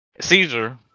Caesar